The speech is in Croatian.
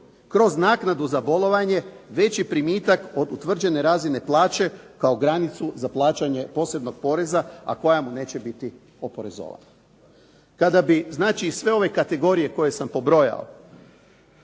kroz naknadu za bolovanje veći primitak od utvrđene razine plaće kao granicu za plaćanje posebnog poreza, a koja mu ne će biti oporezovana. Kada bi znači sve ove kategorije koje sam pobrojao,